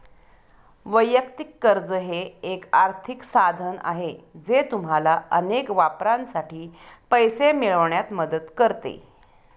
वैयक्तिक कर्ज हे एक आर्थिक साधन आहे जे तुम्हाला अनेक वापरांसाठी पैसे मिळवण्यात मदत करते